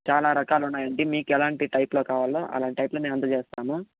చాలా రకాలు ఉన్నాయండి మీకు ఎలాంటి టైపులో కావాలో అలాంటి టైపులో మేము అందచేస్తాము